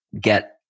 get